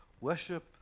worship